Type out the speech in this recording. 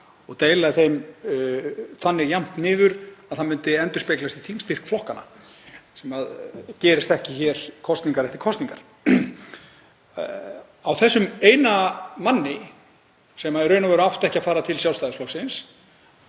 og deila þeim þannig jafnt niður að það myndi endurspeglast í þingstyrk flokkanna, sem gerist ekki hér kosningar eftir kosningar. Á þessum eina manni sem í raun og veru átti ekki að fara til Sjálfstæðisflokksins